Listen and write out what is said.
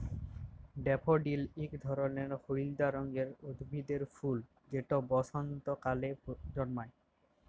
daffodil ইক ধরলের হইলদা রঙের উদ্ভিদের ফুল যেট বসল্তকালে জল্মায়